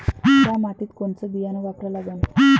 थ्या मातीत कोनचं बियानं वापरा लागन?